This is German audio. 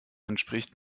entspricht